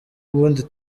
ubundi